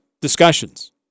discussions